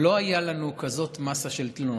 לא הייתה לנו כזאת מסה של תלונות.